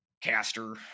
Caster